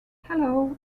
hello